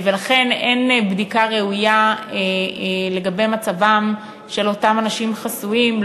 ולכן אין בדיקה ראויה לגבי מצבם של אותם אנשים חסויים,